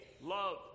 love